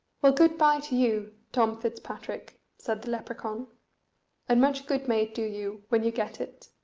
well, good-bye to you tom fitzpatrick, said the lepracaun and much good may it do you when you get it.